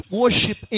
worship